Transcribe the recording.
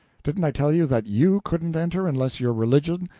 didn't i tell you that you couldn't enter unless your religion,